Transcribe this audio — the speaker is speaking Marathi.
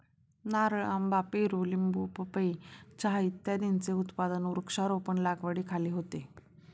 नारळ, आंबा, पेरू, लिंबू, पपई, चहा इत्यादींचे उत्पादन वृक्षारोपण लागवडीखाली होते